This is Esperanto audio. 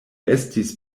estis